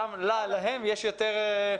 להם יש יותר יכולת.